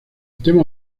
tema